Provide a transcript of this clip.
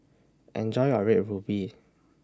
Enjoy your Red Ruby